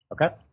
Okay